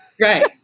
right